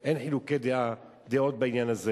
אין חילוקי דעות בנושא הזה.